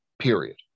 period